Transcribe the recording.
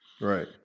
Right